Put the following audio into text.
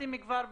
התחלתם כבר בזה?